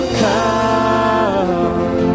come